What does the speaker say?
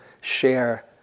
share